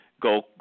go